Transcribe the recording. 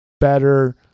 better